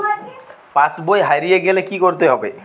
পাশবই হারিয়ে গেলে কি করতে হবে?